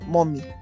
Mommy